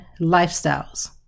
lifestyles